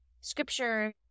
Scripture